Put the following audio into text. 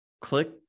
click